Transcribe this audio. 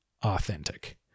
authentic